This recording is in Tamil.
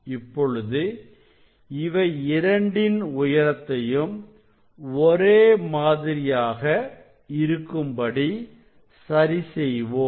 இப்பொழுது இவை இரண்டின் உயரத்தையும் ஒரே மாதிரியாக இருக்கும் படி சரி செய்வோம்